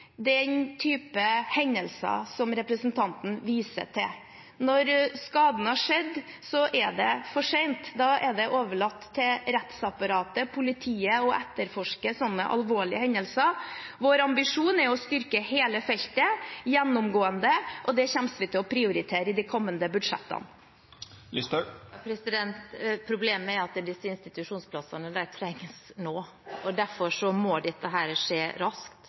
den typen hendelser som representanten viser til. Når skaden har skjedd, er det for sent – da er det overlatt til rettsapparatet og politiet å etterforske slike alvorlige hendelser. Vår ambisjon er å styrke hele feltet, gjennomgående, og det kommer vi til å prioritere i de kommende budsjettene. Problemet er at disse institusjonsplassene trengs nå. Derfor må dette skje raskt.